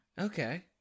Okay